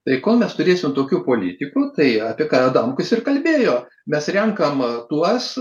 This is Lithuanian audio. tai ko mes turėsime tokių politikų tai apie ką adamkus ir kalbėjo bet renkama tuos